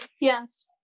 Yes